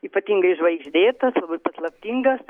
ypatingai žvaigždėtas labai paslaptingas